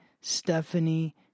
Stephanie